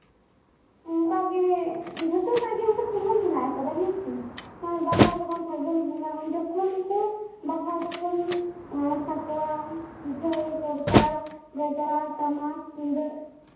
ᱚᱱᱠᱟᱜᱮ ᱡᱷᱚᱛᱚ ᱨᱮᱱᱟᱜ ᱜᱮ ᱚᱱᱠᱟ ᱥᱚᱢᱚᱭ ᱢᱮᱱᱟᱜ ᱠᱟᱫᱟ ᱦᱮᱸ ᱥᱮ ᱵᱟᱦᱟ ᱡᱮᱢᱚᱱ ᱯᱷᱟᱹᱜᱩᱱ ᱵᱚᱸᱜᱟ ᱩᱱᱡᱚᱠᱷᱚᱱ ᱵᱟᱦᱟ ᱡᱚᱠᱷᱚᱱ ᱥᱟᱠᱣᱟ ᱡᱷᱟᱹᱭ ᱠᱚᱨᱛᱟᱞ ᱨᱮᱜᱽᱲᱟ ᱴᱟᱢᱟᱠ ᱛᱩᱢᱫᱟᱜ